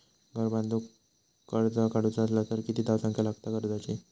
घर बांधूक कर्ज काढूचा असला तर किती धावसंख्या लागता कर्जाची?